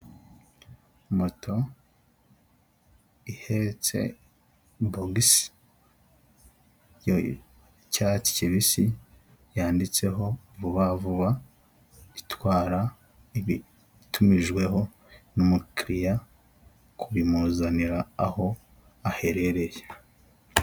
Moto ihetse b yoogisi y'icyatsi kibisi, yanditseho vuba vuba, itwara ibitumijweho n'umukiriya kubimuzanira aho aherereye.